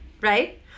right